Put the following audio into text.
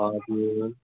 हजुर